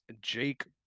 Jake